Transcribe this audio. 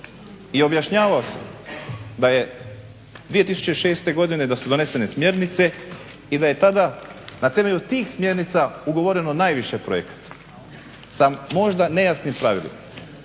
i objašnjavao sam da je 2006. godine da su donesene smjernice i da je tada na temelju tih smjernica ugovoreno najviše projekata sa možda nejasnim pravilima.